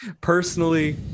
Personally